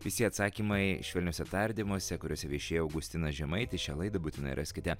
visi atsakymai švelniuose tardymuose kuriuose viešėjo augustinas žemaitis šią laidą būtinai raskite